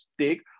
take